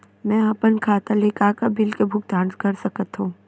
मैं ह अपन खाता ले का का बिल के भुगतान कर सकत हो